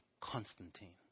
Constantine